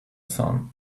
sun